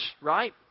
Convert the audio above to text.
right